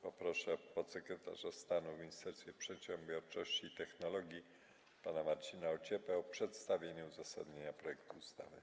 Poproszę podsekretarza stanu w Ministerstwie Przedsiębiorczości i Technologii pana Marcina Ociepę o przedstawienie uzasadnienia projektu ustawy.